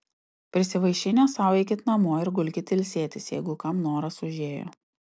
prisivaišinę sau eikit namo ir gulkit ilsėtis jeigu kam noras užėjo